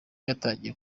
yatangiye